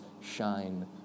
shine